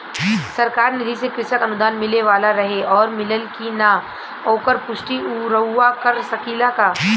सरकार निधि से कृषक अनुदान मिले वाला रहे और मिलल कि ना ओकर पुष्टि रउवा कर सकी ला का?